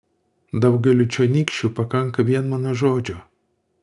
daugeliui čionykščių pakanka vien mano žodžio